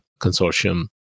Consortium